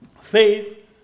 faith